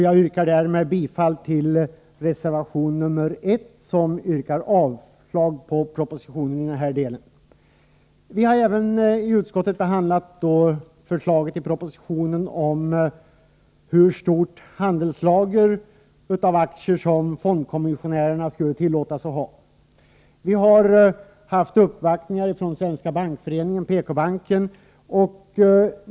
Jag yrkar härmed bifall till reservation 1, som innebär avslag på propositionen i denna del. Vi har i utskottet även behandlat förslaget i propositionen om hur stort handelslager av aktier som fondkommissionärerna skall tillåtas ha. Vi har tagit emot uppvaktningar från Svenska bankföreningen och från PK-banken.